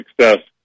success